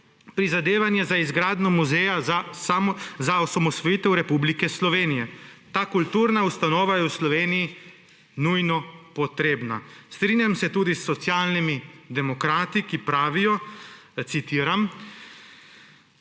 prizadevanje za izgradnjo muzeja osamosvojitve Republike Slovenije. Ta kulturna ustanova je v Sloveniji nujno potrebna. Strinjam se tudi s Socialnimi demokrati, ki pravijo, citiram: